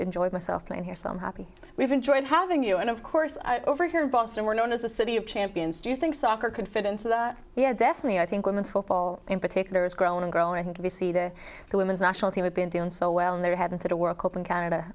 enjoyed myself playing here so i'm happy we've enjoyed having you and of course over here in boston we're known as the city of champions do you think soccer could fit into that yeah definitely i think women's football in particular has grown and grown i think b c the women's national team have been doing so well and they haven't had a world cup in canada